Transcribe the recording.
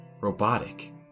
robotic